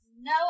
no